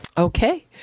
Okay